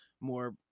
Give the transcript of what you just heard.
more